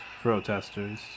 protesters